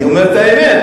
אני אומר את האמת.